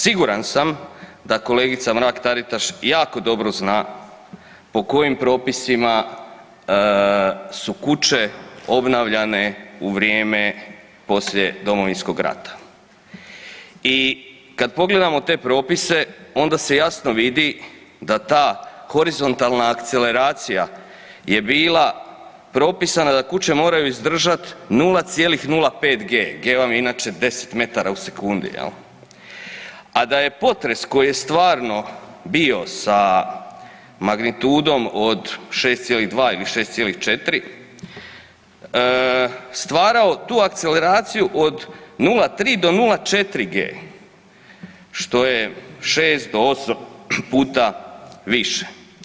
Siguran sam da kolegica Mrak-Taritaš jako dobro zna po kojim propisima su kuće obnavljane u vrijeme poslije Domovinskog rata i kad pogledamo te propise, onda se jasno vidi da ta horizontalna akceleracija je bila propisana da kuće moraju izdržat 0,05 g, g vam je inače 10 m/s, jel a da je potres koji je stvarno bio sa magnitudom od 6,2 ili 6,4, stvarao tu akceleraciju od 0,3 do 0,4 g, što je 6 do 8 puta više.